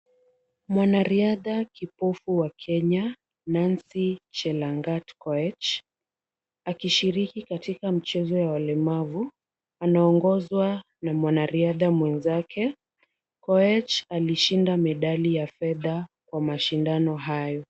Mwanariadha kipofu wa Kenya Nancy Cherangat Koech, akishiriki katika michezo ya walemavu. Anaongozwa na mwanariadha mwenzake. Koech alishinda medali ya fedha kwa mashindano hayo.